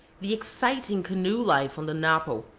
the exciting canoe-life on the napo,